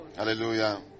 Hallelujah